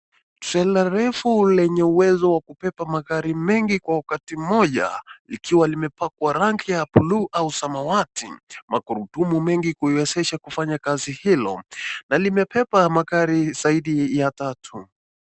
Trela refu lenye uwezo kubeba magari mingi kwa wakati moja, likiwa limepakwa rangi ya blue au samawati, magurudumu mengi kuiwezesha kufanya kazi hilo na limebeba magari zaidi ya tatu.